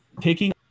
taking